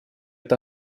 это